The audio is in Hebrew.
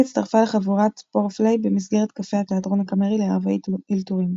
הצטרפה ל"חבורת פורפליי" במסגרת קפה התיאטרון הקאמרי לערבי אלתורים.